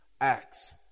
Acts